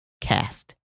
Cast